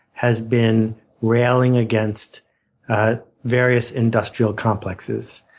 has been railing against ah various industrial complexes.